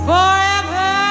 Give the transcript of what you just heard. Forever